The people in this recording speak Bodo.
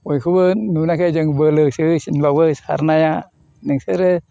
बयखौबो नुनायखाय जों बोलोसो होसिनबावो सारनाया नोंसोरो